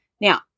Now